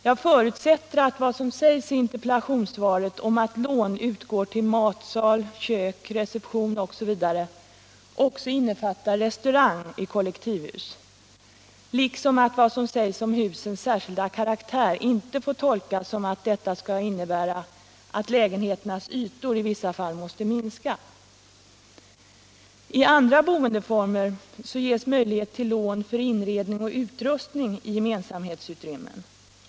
Jag förutsätter att vad som sägs i interpellationssvaret om att lån utgår till matsal, kök, reception osv. också innefattar restaurang i kollektivhus, liksom att vad som sägs om husens särskilda karaktär inte får tolkas som att denna skall innebära att lägenheternas ytor i vissa fall måste minskas. I andra boendeformer ges möjligheter till lån för inredning och utrustning i gemensamhetsutrymmen.